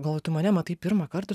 galvoju tu mane matai pirmą kartą